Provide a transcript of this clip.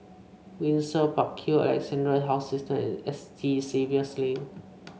Windsor Park Hill Alexandra Health System and S T Xavier's Lane